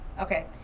okay